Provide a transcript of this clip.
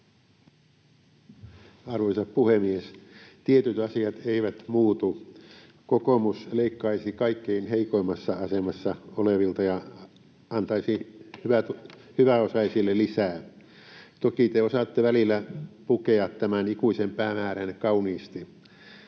Arvoisa puhemies! Tietyt asiat eivät muutu: kokoomus leikkaisi kaikkein heikommassa asemassa olevilta [Anne-Mari Virolainen: Eikä leikkaisi!] ja antaisi hyväosaisille lisää. Toki te osaatte välillä pukea tämän ikuisen päämäärän kauniisti.